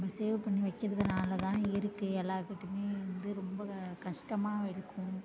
நம்ம சேவ் பண்ணி வைக்கிறதுனாலதான் இருக்குது எல்லாேர்கிட்டமே வந்து ரொம்ப கஷ்டமாக இருக்கும்